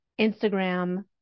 Instagram